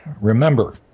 Remember